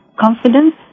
confidence